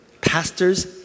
pastors